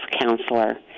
counselor